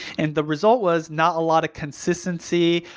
and the result was not a lot of consistency,